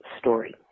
story